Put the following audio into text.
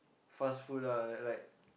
fast food ah like like